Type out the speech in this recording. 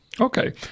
Okay